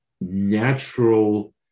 natural